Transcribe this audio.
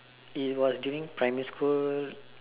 it was during primary school